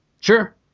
sure